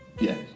Yes